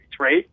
Right